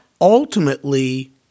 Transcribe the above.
ultimately